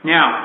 Now